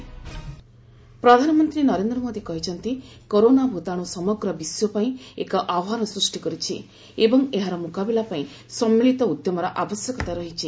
PM business ସମିଟି ପ୍ରଧାନମନ୍ତ୍ରୀ ନରେନ୍ଦ୍ର ମୋଦି କହିଛନ୍ତି କରୋନା ଭୂତାଣୁ ସମଗ୍ର ବିଶ୍ୱପାଇଁ ଏକ ଆହ୍ପାନ ସୃଷ୍ଟି କରିଛି ଏବଂ ଏହାର ମୁକାବିଲା ପାଇଁ ସମ୍ମିଳିତ ଉଦ୍ୟମର ଆବଶ୍ୟକତା ରହିଛି